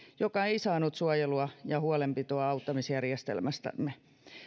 joka ei saanut suojelua ja huolenpitoa auttamisjärjestelmästämme